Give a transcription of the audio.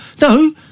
no